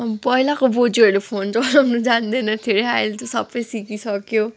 पहिलाको बोजुहरू फोन चलाउनु जान्दैन थियो अरे अहिले त सबले सिकिसक्यो